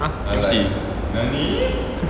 !huh! emcee